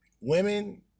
women